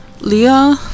Leah